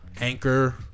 Anchor